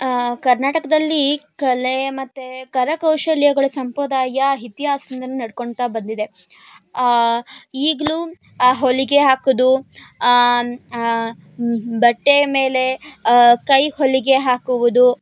ಕರ್ನಾಟಕದಲ್ಲಿ ಕಲೆ ಮತ್ತು ಕರಕೌಶಲಗಳ ಸಂಪ್ರದಾಯ ಇತಿಹಾಸ್ದಿಂದನು ನಡ್ಕೋತ ಬಂದಿದೆ ಈಗಲೂ ಹೊಲಿಗೆ ಹಾಕೋದು ಬಟ್ಟೆ ಮೇಲೆ ಕೈ ಹೊಲಿಗೆ ಹಾಕುವುದು